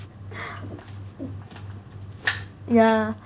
yeah